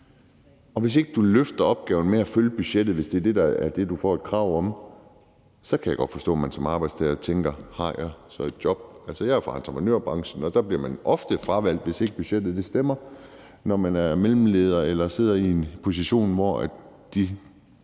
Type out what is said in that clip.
ikke løfter opgaven med at følge budgettet, hvis det er det, man får et krav om, så kan jeg godt forstå, at man tænker, om man så har et job. Jeg er jo fra entreprenørbranchen, og der bliver man ofte fravalgt, hvis ikke budgettet stemmer, når man er mellemleder eller sidder i en position, hvor de